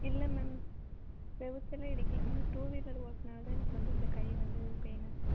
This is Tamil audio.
இல்லை மேம் சுவுத்துலலாம் இடிக்கலை மேம் டூ வீலர் ஓட்டினது தான் எனக்கு வந்து இந்த கை வந்து பெய்னாக இருக்குது